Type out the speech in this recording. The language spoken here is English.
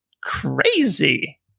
crazy